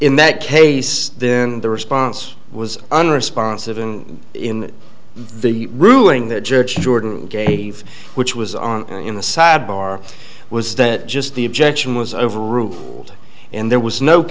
in that case then the response was unresponsive and in the ruling that judge jordan gave which was on the sidebar was that just the objection was overruled and there was no